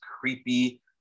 creepy